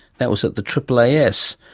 that was at the aaas.